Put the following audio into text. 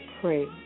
pray